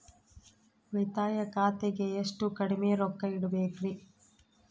ಉಳಿತಾಯ ಖಾತೆಗೆ ಎಷ್ಟು ಕಡಿಮೆ ರೊಕ್ಕ ಇಡಬೇಕರಿ?